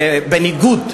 בניגוד,